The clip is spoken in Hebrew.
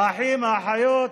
האחים והאחיות,